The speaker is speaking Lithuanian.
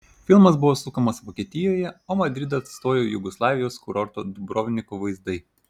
filmas buvo sukamas vokietijoje o madridą atstojo jugoslavijos kurorto dubrovniko vaizdai